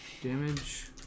Damage